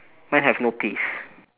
mine have no peas